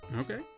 Okay